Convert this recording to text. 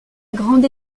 grande